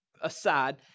aside